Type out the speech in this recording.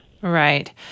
Right